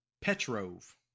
Petrov